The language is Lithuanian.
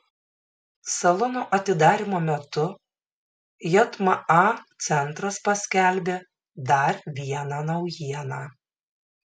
salono atidarymo metu jma centras paskelbė dar vieną naujieną